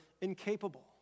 incapable